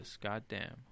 goddamn